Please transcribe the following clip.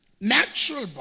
natural